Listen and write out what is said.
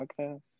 Podcast